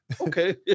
okay